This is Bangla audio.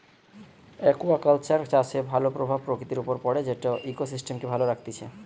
একুয়াকালচার চাষের ভাল প্রভাব প্রকৃতির উপর পড়ে যেটা ইকোসিস্টেমকে ভালো রাখতিছে